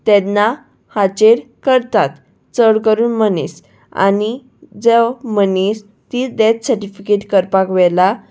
तेन्ना हाचेर करतात चड करून मनीस आनी जावं मनीस ती डॅथ सर्टिफिकेट करपाक व्हेला